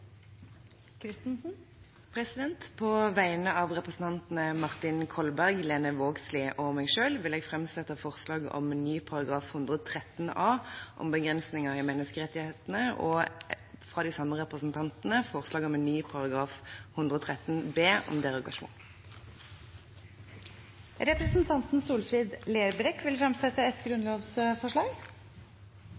På vegne av representantene Martin Kolberg, Lene Vågslid og meg selv vil jeg framsette forslag om ny § 113 a, om begrensning i menneskerettighetene og – fra de samme representantene – forslag om ny § 113 b, grunnlovfesting av derogasjon. Representanten Solfrid Lerbrekk vil fremsette et